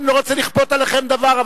אני לא רוצה לכפות עליכם דבר,